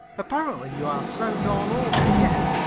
apparently you are sound all over, yet,